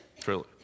truly